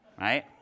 Right